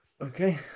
Okay